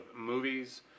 movies